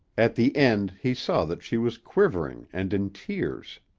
at the end he saw that she was quivering and in tears.